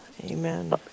Amen